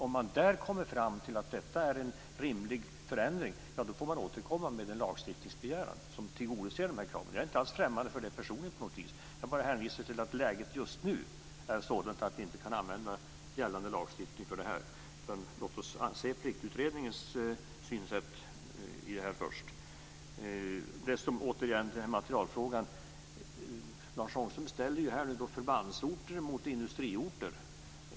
Om man där kommer fram till att detta är en rimlig förändring får man återkomma med en begäran om lagstiftning som tillgodoser de här kraven. Personligen är jag inte alls främmande för detta. Jag bara hänvisar till att läget just nu är sådant att vi inte kan använda gällande lagstiftning för det här. Låt oss vänta på Pliktutredningens syn först. Sedan åter till materielfrågan. Lars Ångström ställer här förbandsorter mot industriorter.